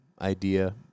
idea